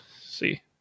See